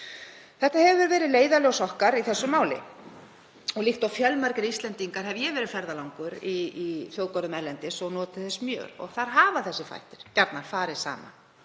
Þetta hefur verið leiðarljós okkar í þessu máli. Líkt og fjölmargir Íslendingar hef ég verið ferðalangur í þjóðgörðum erlendis og notið þess mjög. Þar hafa þessir þættir gjarnan farið saman,